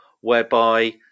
whereby